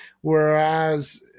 Whereas